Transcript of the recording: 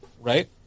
right